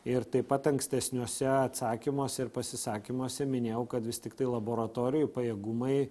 ir taip pat ankstesniuose atsakymuose ir pasisakymuose minėjau kad vis tiktai laboratorijų pajėgumai